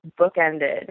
bookended